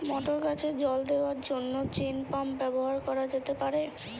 মটর গাছে জল দেওয়ার জন্য চেইন পাম্প ব্যবহার করা যেতে পার?